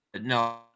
no